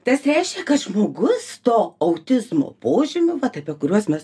tas reiškia kad žmogus to autizmo požymių vat apie kuriuos mes